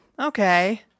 Okay